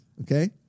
okay